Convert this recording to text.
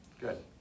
good